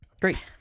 great